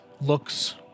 looks